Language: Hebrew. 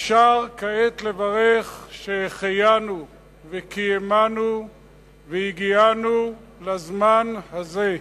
אפשר כעת לברך "שהחיינו וקיימנו והגיענו לזמן הזה".